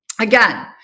again